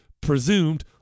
presumed